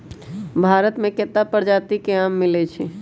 भारत मे केत्ता परजाति के आम मिलई छई